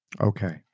Okay